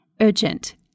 urgent